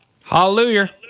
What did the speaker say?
hallelujah